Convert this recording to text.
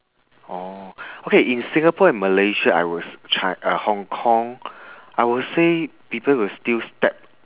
orh okay in singapore and malaysia I will ch~ Hong Kong I will say people will still step